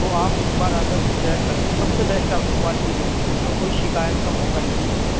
تو آپ ایک بار آ کر کے چیک کر لیں سب سے بیسٹ آپ کو کوالٹی ملے گی یہاں کوئی شکایت کا موقع نہیں ملے گا